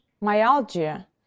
myalgia